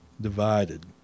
divided